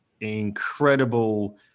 incredible